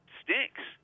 stinks